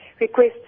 request